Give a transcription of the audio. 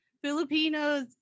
Filipinos